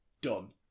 done